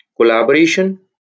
collaboration